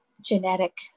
genetic